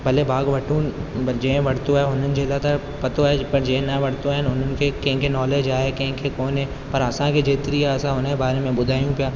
पहले भाॻु वठू पर जंहिं वरितो आहे हुनजे लाइ त पतो आहे ज पर जंहिं न वरितो आहे उन्हनि खे कंहिंखे नॉलेज आहे कंहिंखे कोने पर असांखे जेतिरी आहे असां हुनजे बारे में ॿुधायूं पिया